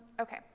Okay